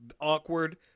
awkward